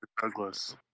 Douglas